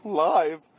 live